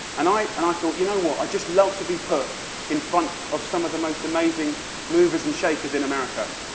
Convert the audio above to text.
and and i thought, you know what? i'd just love to be put in front of some of the most amazing movers and shakers in america.